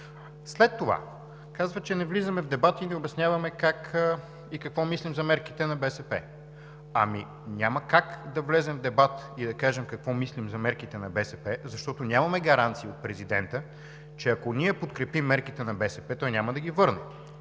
След това казва, че не влизаме в дебати и не обясняваме как и какво мислим за мерките на БСП. Няма как да влезем в дебат и да кажем какво мислим за мерките на БСП, защото нямаме гаранции от президента, че ако ние подкрепим мерките на БСП, той няма да ги върне